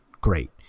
great